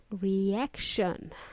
reaction